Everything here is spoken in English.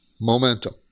momentum